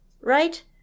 right